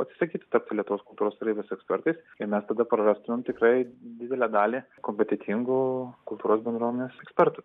atsisakytų tapti lietuvos kultūros tarybos ekspertais ir mes tada prarastumėm tikrai didelę dalį kompetentingų kultūros bendruomenės ekspertų